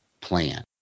plan